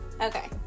Okay